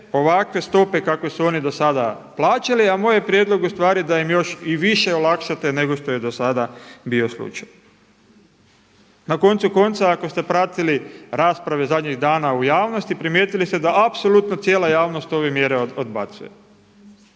ovakve stope kakve su oni do sada plaćali a moj je prijedlog ustvari da im još i više olakšate nego što je do sada bio slučaj. Na koncu konca ako ste pratili rasprave zadnjih dana u javnosti primijetili ste da apsolutno cijela javnost ove mjere odbacuje.